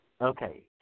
Okay